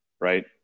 right